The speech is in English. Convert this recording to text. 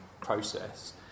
process